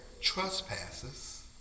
trespasses